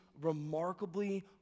remarkably